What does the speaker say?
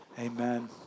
Amen